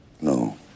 No